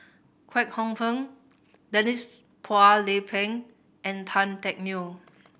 Kwek Hong Png Denise Phua Lay Peng and Tan Teck Neo